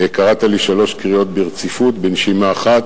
אדוני היושב-ראש,